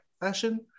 fashion